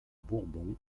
bourbon